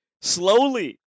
Slowly